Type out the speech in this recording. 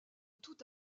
toute